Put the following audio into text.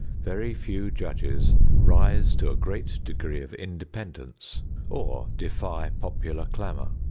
very few judges rise to a great degree of independence or defy popular clamor.